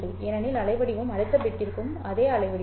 ஏனெனில் அலைவடிவம் அடுத்த பிட்டிற்கும் அதே அலைவடிவம்